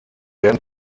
werden